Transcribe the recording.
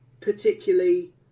particularly